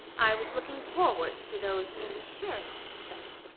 i was looking forward to those insurance checks.